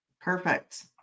Perfect